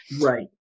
Right